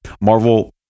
Marvel